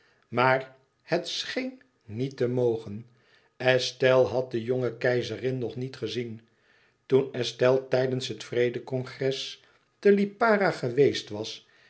maar het scheen niet te mogen estelle had de jonge keizerin nog niet gezien toen estelle tijdens het vrede congres te lipara geweest was